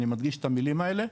אני מדגיש את המילים האלה,